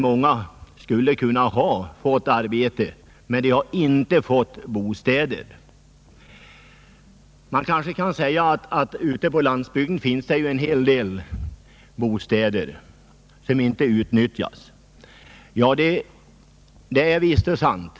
Många skulle dock ha kunnat få arbete, men de har inte fått bostäder. Det kan kanske anföras att det finns en hel del bostäder ute på landsbygden som inte utnyttjas. Det är visst och sant.